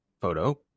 photo